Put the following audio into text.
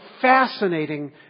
fascinating